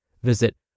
Visit